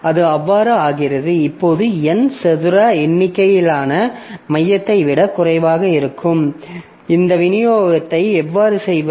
அது அவ்வாறு ஆகிறது இப்போது N சதுர எண்ணிக்கையிலான மையத்தை விடக் குறைவாக இருந்தால் இந்த விநியோகத்தை எவ்வாறு செய்வது